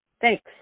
Thanks